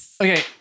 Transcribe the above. Okay